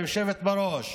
היושבת בראש: